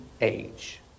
age